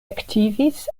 aktivis